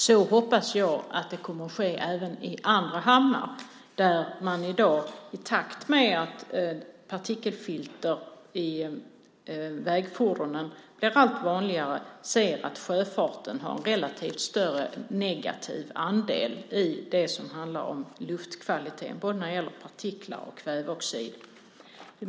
Så hoppas jag kommer att ske även i andra hamnar där man i dag, i takt med att partikelfilter i vägfordonen blir allt vanligare, ser att sjöfarten har en relativt sett större negativ andel i det som handlar om luftkvaliteten - det gäller både partiklar och kväveoxid.